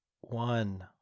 one